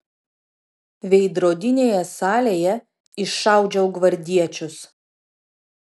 veidrodinėje salėje iššaudžiau gvardiečius